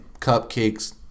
Cupcakes